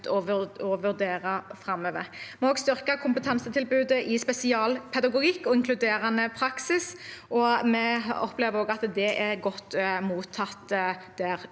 å vurdere framover. Vi har også styrket kompetansetilbudet i spesialpedagogikk og inkluderende praksis. Vi opplever at det blir godt mottatt der